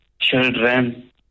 children